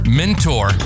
mentor